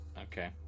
Okay